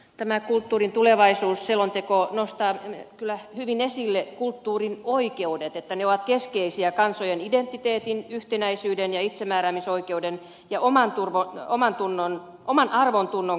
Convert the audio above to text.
tämä kulttuurin tulevaisuusselonteko nostaa kyllä hyvin esille kulttuurin oikeudet että ne ovat keskeisiä kansojen identi teetin yhtenäisyyden itsemääräämisoikeuden ja omanarvontunnon kannalta